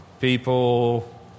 people